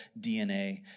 DNA